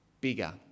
bigger